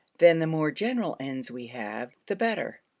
then the more general ends we have, the better.